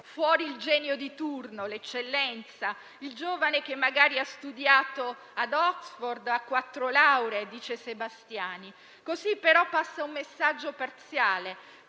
fuori il genio di turno, l'eccellenza, il giovane che magari ha studiato ad Oxford, che ha quattro lauree. Così però passa un messaggio parziale: